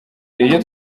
iyo